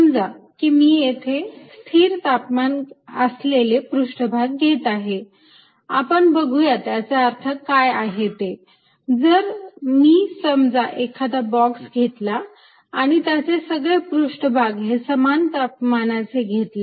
समजा की मी येथे स्थिर तापमान असलेले पृष्ठभाग घेत आहे आपण बघुयात याचा अर्थ काय आहे ते जर मी समजा एखादा बॉक्स घेतला आणि त्याचे सगळे पृष्ठभाग हे समान तापमानाचे घेतले